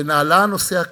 ועלה נושא ה-capping,